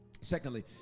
Secondly